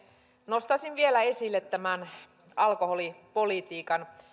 nostaisin vielä esille alkoholipolitiikan